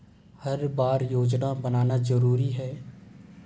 हर बार योजना बनाना जरूरी है?